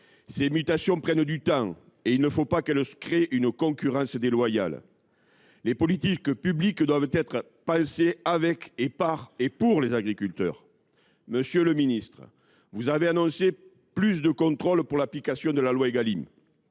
Ces mutations prennent du temps, et il ne faut pas qu’elles créent une concurrence déloyale. Les politiques publiques doivent être pensées avec, par et pour les agriculteurs. Monsieur le ministre, vous avez annoncé davantage de contrôles pour l’application de la loi Égalim.